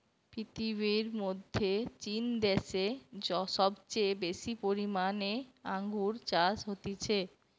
পৃথিবীর মধ্যে চীন দ্যাশে সবচেয়ে বেশি পরিমানে আঙ্গুর চাষ হতিছে